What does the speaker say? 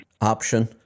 option